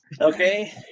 Okay